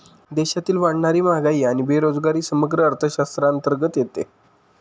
देशातील वाढणारी महागाई आणि बेरोजगारी समग्र अर्थशास्त्राअंतर्गत येते